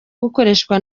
gukoreshwa